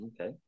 okay